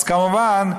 אז כמובן,